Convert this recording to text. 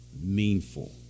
meaningful